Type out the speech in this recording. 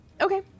Okay